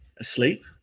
asleep